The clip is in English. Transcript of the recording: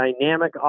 dynamic